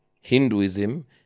Hinduism